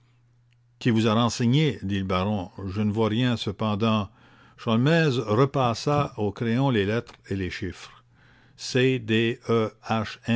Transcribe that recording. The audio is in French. qui vous a renseigné dit le baron je ne vois rien cependant sholmès repassa au crayon les lettres et les chiffres eh